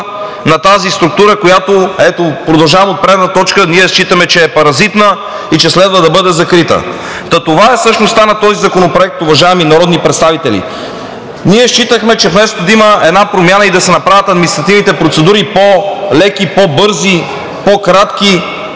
на тази структура, която, ето, продължавам от предната точка, ние считаме, че е паразитна и че следва да бъде закрита. Та това е същността на този законопроект, уважаеми народни представители. Ние считаме, че вместо да има промяна, а се направят административните процедури по-леки, по-бързи, по-кратки